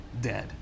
dead